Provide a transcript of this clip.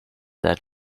that